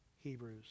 Hebrews